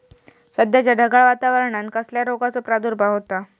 सध्याच्या ढगाळ वातावरणान कसल्या रोगाचो प्रादुर्भाव होता?